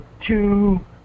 two